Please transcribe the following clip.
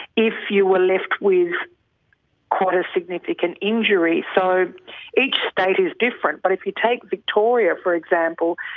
if you were left with quite a significant injury. so each state is different, but if you take victoria for example,